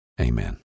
Amen